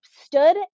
stood